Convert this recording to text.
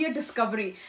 discovery